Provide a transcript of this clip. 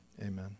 Amen